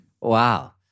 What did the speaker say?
Wow